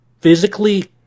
physically